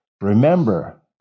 remember